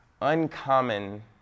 uncommon